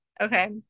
Okay